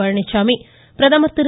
பழனிச்சாமி பிரதமர் திரு